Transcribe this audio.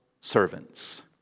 servants